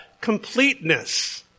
completeness